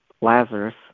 Lazarus